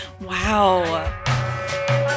Wow